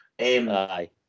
Aye